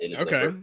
Okay